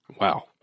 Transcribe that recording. Wow